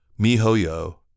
Mihoyo